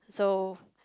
so